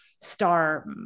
star